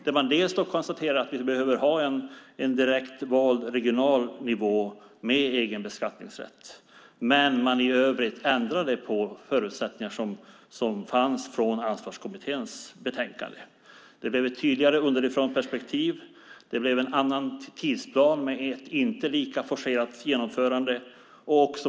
Dels konstaterade man att vi behöver ha en direkt vald regional nivå med egen beskattningsrätt, dels ändrade man i övrigt på förutsättningar som fanns från Ansvarskommitténs betänkande. Det blev ett tydligare underifrånperspektiv. Det blev en annan tidsplan med ett inte lika forcerat genomförande.